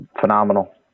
phenomenal